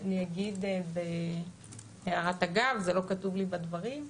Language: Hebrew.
אני אגיד בהערת אגב, זה לא כתוב לי בדברים,